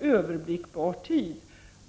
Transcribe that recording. överblickbar tid.